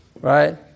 right